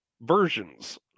versions